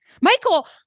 Michael